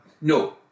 No